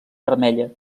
vermella